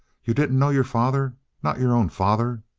you didn't know your father not your own father?